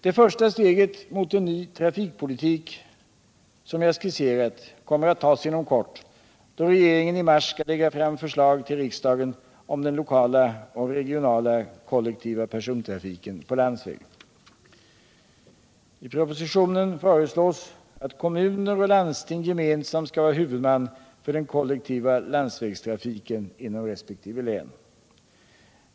Det första steget mot en ny trafikpolitik som jag skisserat kommer att tas inom kort, då regeringen i mars skall lägga fram förslag för riksdagen om den I propositionen föreslås att kommuner och landsting gemensamt skall vara huvudman för den kollektiva landsvägstrafiken inom resp. län.